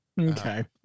Okay